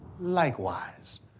Likewise